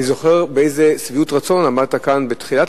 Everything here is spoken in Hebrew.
אני זוכר באיזה שביעות רצון עמדת כאן בתחילת